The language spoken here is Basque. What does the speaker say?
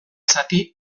zati